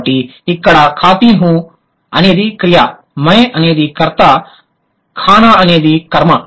కాబట్టి ఇక్కడ ఖాతి హుం అనేది క్రియ మై అనేది కర్త ఖానా అనేది కర్మ